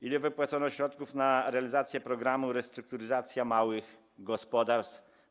Ile wypłacono środków na realizację programu „Restrukturyzacja małych gospodarstw”